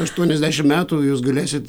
aštuoniasdešim metų jūs galėsit